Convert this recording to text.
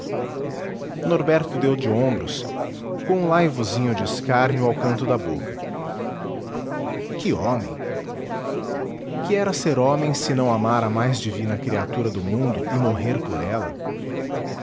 norberto deu de ombros com um laivozinho de escárnio ao canto da boca que homem que era ser homem senão amar a mais divina criatura do mundo e morrer por ela